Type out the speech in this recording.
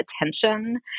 attention